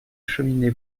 cheminée